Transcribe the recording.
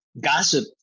Gossip